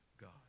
God